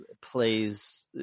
plays